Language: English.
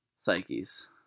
psyches